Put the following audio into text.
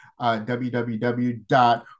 www